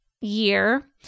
year